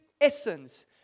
essence